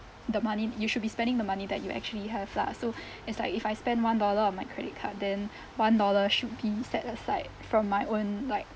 the money you should be spending the money that you actually have lah so it's like if I spend one dollar on my credit card then one dollar should be set aside from my own like